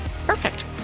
Perfect